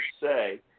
say